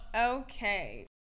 okay